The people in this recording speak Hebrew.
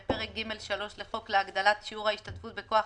בפרק ג'3 לחוק להגדלת שיעור ההשתתפות בכוח